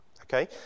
okay